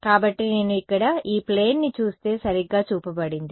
కాబట్టి నేను ఇక్కడ ఈ ప్లేన్ ని చూస్తే సరిగ్గా చూపబడింది